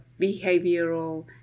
behavioral